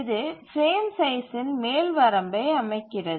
இது பிரேம் சைஸ்சின் மேல் வரம்பை அமைக்கிறது